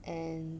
and